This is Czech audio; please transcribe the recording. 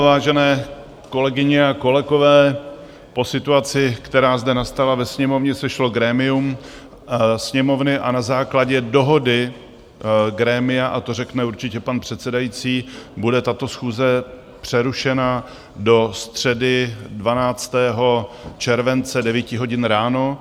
Vážené kolegyně a kolegové, po situaci, která nastala zde ve Sněmovně, se sešlo grémium Sněmovny a na základě dohody grémia a to řekne určitě pan předsedající bude tato schůze přerušena do středy 12. července do 9 hodin ráno.